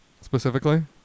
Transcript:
specifically